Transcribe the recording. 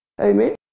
Amen